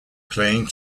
playing